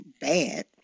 bad